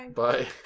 bye